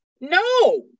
No